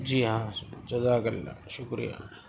جی ہاں جزاک اللہ شکریہ